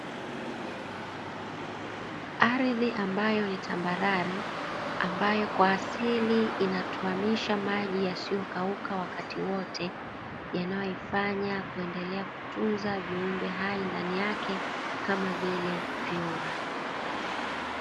Ardhi ambayo ni tambarare ambayo kwa asili inatuamisha maji yasiyokauka wakati wote, yanayoifanya kuendelea kutunza viumbe hai ndani yake kama vile vyura.